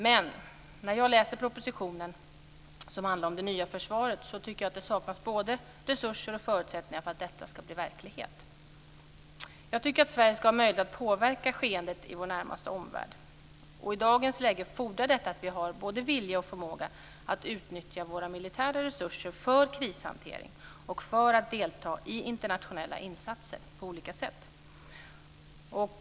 Men när jag läser propositionen om det nya försvaret tycker jag att det saknas både resurser och förutsättningar för att detta ska bli verklighet. Sverige ska ha möjlighet att påverka skeendet i vår närmaste omvärld. I dagens läge fordrar detta att vi har både vilja och förmåga att utnyttja våra militära resurser för krishantering och för att delta i internationella insatser på olika sätt.